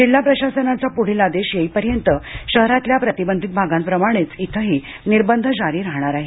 जिल्हा प्रशासनाचा पुढील आदेश येईपर्यंत शहरातल्या प्रतिबंधित भागांप्रमाणेच इथंही निर्बंध जारी राहणार आहेत